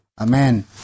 amen